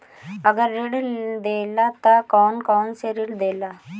अगर ऋण देला त कौन कौन से ऋण देला?